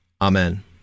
Amen